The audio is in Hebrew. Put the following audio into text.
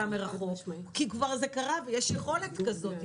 מרחוק כי כבר זה קרה ויש יכולת כזאת,